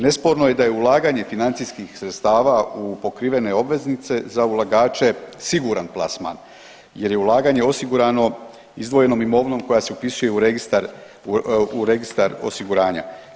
Nesporno je da je ulaganje financijskih sredstava u pokrivene obveznice za ulagače siguran plasman jer je ulaganje osigurano izdvojenom imovinom koja se upisuje u registar osiguranja.